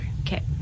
Okay